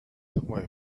were